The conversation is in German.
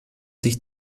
sich